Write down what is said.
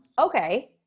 Okay